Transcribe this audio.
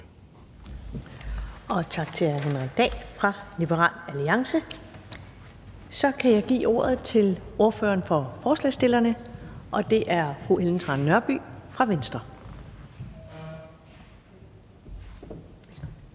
Tak til hr. Henrik Dahl fra Liberal Alliance. Så kan jeg give ordet til ordføreren for forslagsstillerne, og det er fru Ellen Trane Nørby fra Venstre.